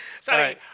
Sorry